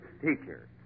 teacher